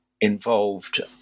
involved